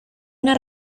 una